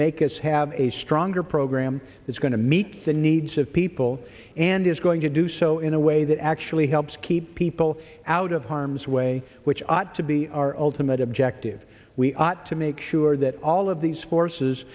make us have a stronger program that's going to meet the needs of people and is going to do so in a way that actually helps keep people out of harm's way which ought to be our ultimate objective we ought to make sure that all of these forces